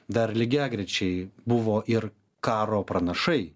dar lygiagrečiai buvo ir karo pranašai